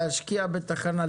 להשקיע בתחנה,